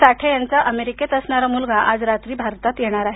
साठे यांचा अमेरिकेत असणारा मुलगा आज रात्री भारतात येणार आहे